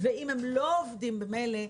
ואם הם לא עובדים ממילא,